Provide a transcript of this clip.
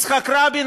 יצחק רבין,